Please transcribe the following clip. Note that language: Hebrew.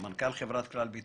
מנכ"ל חברת כלל ביטוח,